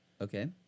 Okay